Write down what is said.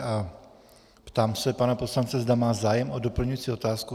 A ptám se pana poslance, zda má zájem o doplňující otázku.